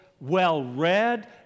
well-read